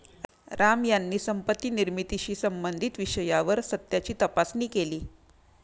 राम यांनी संपत्ती निर्मितीशी संबंधित विषयावर सत्याची तपासणी केली